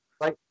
Right